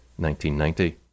1990